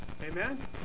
Amen